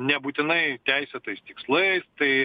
nebūtinai teisėtais tikslais tai